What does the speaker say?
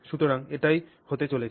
সুতরাং এটাই হতে চলেছে